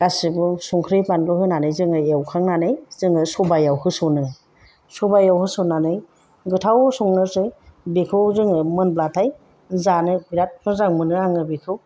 गासैबो संख्रि बानलु होनानै जोङो एवखांनानै जोङो सबायआव होसनो सबायआव होसननानै गोथाव संनोसै बेखौ जोङो मोनब्लाथाय जानो बिराद मोजां मोनो आङो बेखौ